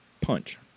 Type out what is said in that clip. punch